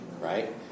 Right